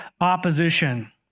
opposition